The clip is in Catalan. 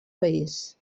país